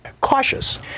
cautious